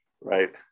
Right